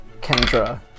Kendra